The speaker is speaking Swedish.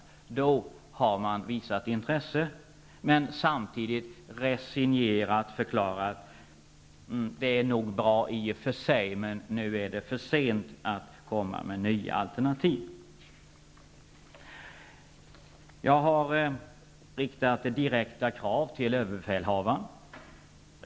Då har man visat intresse men samtidigt resignerat förklarat: Det är nog bra i och för sig, men nu är det för sent att komma med nya alternativ. Jag har riktat direkta krav till överbefälhavaren.